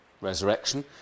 resurrection